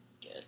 Good